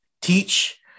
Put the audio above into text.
teach